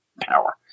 power